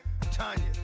Tanya